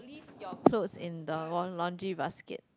your cloth in the own laundry basket